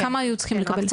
כמה היו צריכים לקבל?